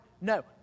No